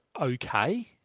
okay